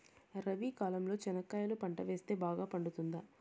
రబి కాలంలో చెనక్కాయలు పంట వేస్తే బాగా పండుతుందా?